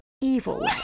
evil